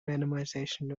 randomization